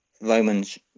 Romans